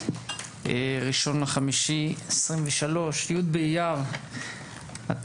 בוקר טוב, 1 במאי 2023, י' באייר התשפ"ג.